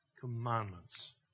commandments